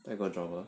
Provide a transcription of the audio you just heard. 太多 drama